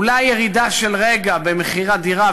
אולי ירידה של רגע במחיר הדירה,